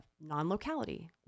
Non-locality